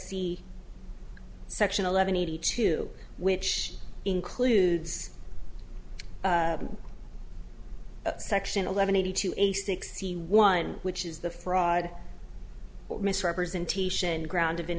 c section eleven eighty two which includes section eleven eighty two a sixty one which is the fraud misrepresentation ground